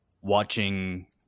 watching